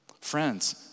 Friends